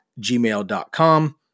gmail.com